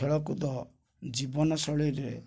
ଖେଳକୁଦ ଜୀବନଶୈଳୀରେ